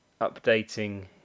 updating